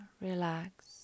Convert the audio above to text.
relax